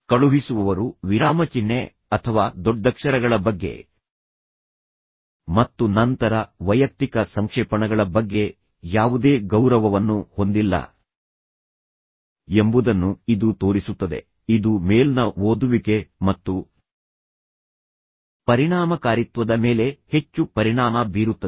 ಕಳುಹಿಸುವವರು ವಿರಾಮಚಿಹ್ನೆ ಅಥವಾ ದೊಡ್ಡಕ್ಷರಗಳ ಬಗ್ಗೆ ಮತ್ತು ನಂತರ ವೈಯಕ್ತಿಕ ಸಂಕ್ಷೇಪಣಗಳ ಬಗ್ಗೆ ಯಾವುದೇ ಗೌರವವನ್ನು ಹೊಂದಿಲ್ಲ ಎಂಬುದನ್ನು ಇದು ತೋರಿಸುತ್ತದೆ ಇದು ಮೇಲ್ನ ಓದುವಿಕೆ ಮತ್ತು ಪರಿಣಾಮಕಾರಿತ್ವದ ಮೇಲೆ ಹೆಚ್ಚು ಪರಿಣಾಮ ಬೀರುತ್ತದೆ